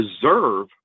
Deserve